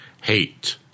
hate